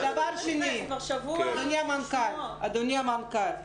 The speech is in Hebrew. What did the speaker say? דבר שני, אדוני המנכ"ל.